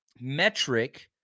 metric